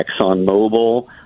ExxonMobil